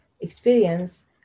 experience